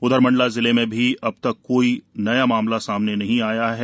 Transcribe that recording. उधर मंडला जिले में भी अब तक कोई मामला सामने नहीं आया है